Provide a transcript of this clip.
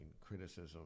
criticism